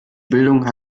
bildung